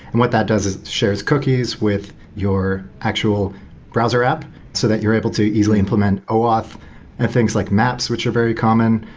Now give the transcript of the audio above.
and what that does is it shares cookies with your actual browser app so that you're able to easily implement oauth and things like maps, which are very common.